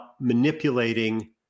manipulating